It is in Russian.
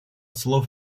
слов